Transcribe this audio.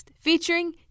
featuring